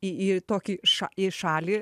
į į tokį ša į šalį